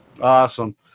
Awesome